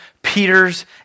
Peter's